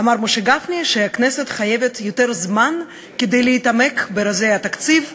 אמר משה גפני שהכנסת חייבת יותר זמן כדי להתעמק ברזי התקציב,